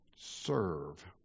serve